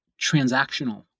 transactional